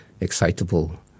excitable